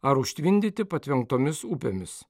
ar užtvindyti patvenktomis upėmis